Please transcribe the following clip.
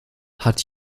hat